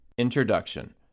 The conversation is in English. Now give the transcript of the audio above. introduction